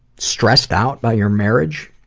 stressed out by your marriage,